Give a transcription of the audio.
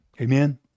Amen